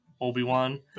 Obi-wan